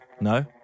No